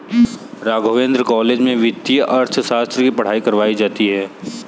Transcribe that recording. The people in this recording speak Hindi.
राघवेंद्र कॉलेज में वित्तीय अर्थशास्त्र की पढ़ाई करवायी जाती है